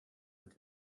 mit